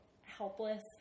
helpless